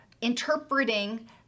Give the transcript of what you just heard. interpreting